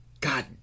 god